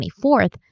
24th